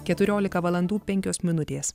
keturiolika valandų penkios minutės